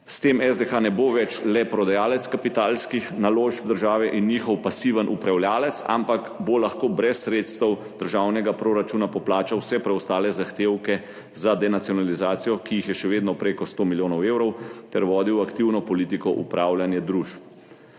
S tem SDH ne bo več le prodajalec kapitalskih naložb države in njihov pasiven upravljavec, ampak bo lahko brez sredstev državnega proračuna poplačal vse preostale zahtevke za denacionalizacijo, ki jih je še vedno preko 100 milijonov evrov, ter vodil aktivno politiko upravljanja družb.